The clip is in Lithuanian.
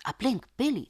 aplink pilį